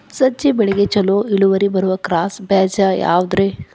ಸಜ್ಜೆ ಬೆಳೆಗೆ ಛಲೋ ಇಳುವರಿ ಬರುವ ಕ್ರಾಸ್ ಬೇಜ ಯಾವುದ್ರಿ?